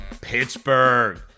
Pittsburgh